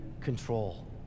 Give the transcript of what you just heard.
control